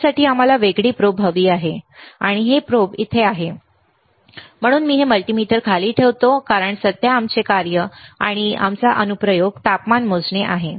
त्यासाठी आम्हाला वेगळी प्रोब हवी आहे आणि हे प्रोब इथे आहे म्हणून मी हे मल्टीमीटर खाली ठेवतो कारण सध्या आमचे कार्य किंवा आमचा अनुप्रयोग तापमान मोजणे आहे